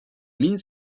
mines